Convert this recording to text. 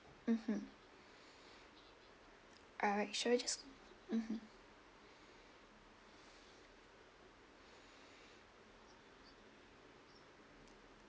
mmhmm alright sure just mmhmm